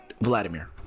Vladimir